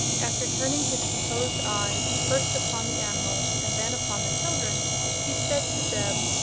after turning his composed eyes first upon the animals and then upon the children he said to zeb,